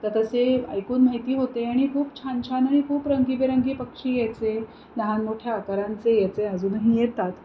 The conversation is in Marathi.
तर तसे ऐकून माहिती होते आणि खूप छान छान आणि खूप रंगीबेरंगी पक्षी यायचे लहान मोठ्या आकारांचे यायचे अजूनही येतात